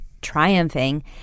triumphing